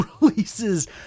releases